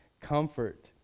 Comfort